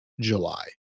july